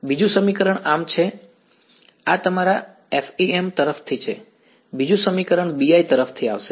બીજું સમીકરણ આમ છે આ તમારા FEM તરફથી છે બીજું સમીકરણ BI તરફથી આવશે